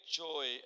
joy